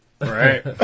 Right